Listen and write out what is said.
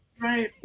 Right